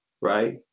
right